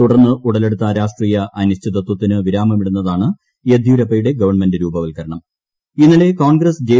തുടർന്ന് ഉടലെടുത്ത രാഷ്ട്രീയ അനീശ്ചിത്ത്വത്തിന് വിരാമമിടുന്നതാണ് യെദ്യൂരപ്പയുടെ ഗവൺമെന്റ് രൂപവർക്കരണം ഇന്നലെ കോൺഗ്രസ്സ് ജെ